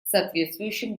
соответствующим